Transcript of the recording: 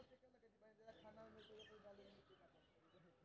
ई हमर credit card जौं हमर गुम भ गेल तहन की करे परतै?